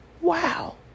Wow